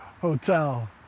hotel